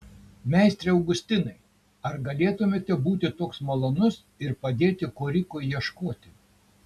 meistre augustinai ar galėtumėte būti toks malonus ir padėti korikui ieškoti